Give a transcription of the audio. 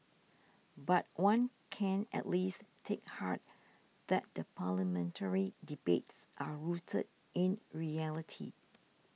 but one can at least take heart that the parliamentary debates are rooted in reality